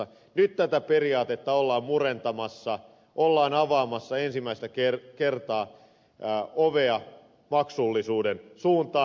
nyt tätä periaatetta ollaan murentamassa ollaan avaamassa ensimmäistä kertaa ovea maksullisuuden suuntaan